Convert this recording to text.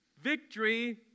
victory